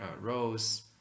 rows